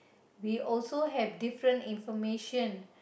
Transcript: we also have different information